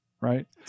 right